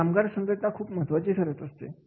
येथे कामगार संघटना खूप महत्त्वाची ठरत असते